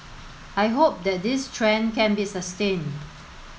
I hope that this trend can be sustained